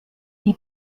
die